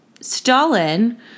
Stalin